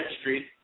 Street